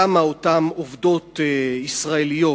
למה אותן עובדות ישראליות,